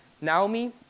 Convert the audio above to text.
Naomi